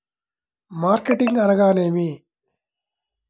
Marketing అనగానేమి?